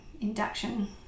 induction